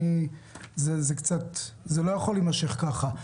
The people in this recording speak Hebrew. וזה לא יכול להימשך ככה.